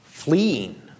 fleeing